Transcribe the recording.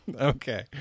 Okay